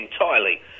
entirely